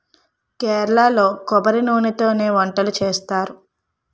కేరళలో కొబ్బరి నూనెతోనే వంటలు చేస్తారు